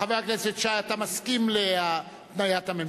חבר הכנסת שי, אתה מסכים להתניית הממשלה.